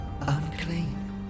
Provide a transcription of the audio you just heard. unclean